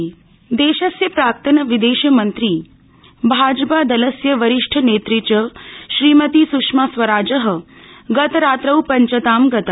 सुषमा देशस्य प्राक्तन् विदेशमन्त्री भाजपा दलस्य वरिष्ठ नेत्री च श्रीमती सुषमा स्वराज गतरात्रौ पञ्चतां गता